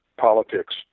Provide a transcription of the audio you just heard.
politics